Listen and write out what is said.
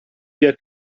wir